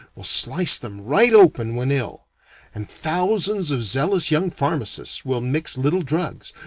will slice them right open when ill and thousands of zealous young pharmacists will mix little drugs,